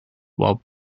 while